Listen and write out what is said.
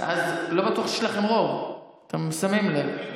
לא בטוח שיש לכם רוב, אתם שמים לב.